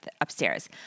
upstairs